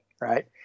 right